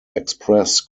express